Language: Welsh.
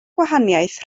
gwahaniaeth